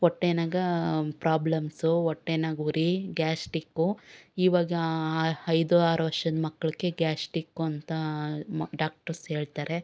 ಹೊಟ್ಟೆಯಾಗ problems ಹೊಟ್ಟೆಯಾಗ ಉರಿ gastric ಇವಾಗ ಐದು ಆರು ವರ್ಷದ ಮಕ್ಕಳಿಗೆ ಗ್ಯಾಸ್ಟಿಕ್ಕು ಅಂತ ಮ ಡಾಕ್ಟರ್ಸ್ ಹೇಳ್ತಾರೆ